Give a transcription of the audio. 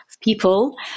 people